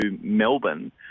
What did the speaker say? Melbourne